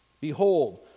Behold